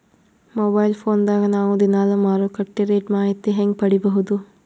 Mobile phone ದಾಗ ನಾವು ದಿನಾಲು ಮಾರುಕಟ್ಟೆ ರೇಟ್ ಮಾಹಿತಿ ಹೆಂಗ ಪಡಿಬಹುದು?